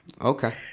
Okay